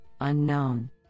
unknown